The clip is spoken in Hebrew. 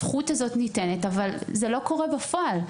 הזכות הזאת ניתנת אבל זה לא קורה בפועל.